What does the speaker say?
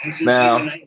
Now